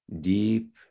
deep